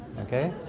Okay